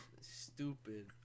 stupid